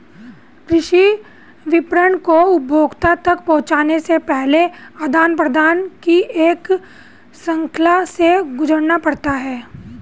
कृषि विपणन को उपभोक्ता तक पहुँचने से पहले आदान प्रदान की एक श्रृंखला से गुजरना पड़ता है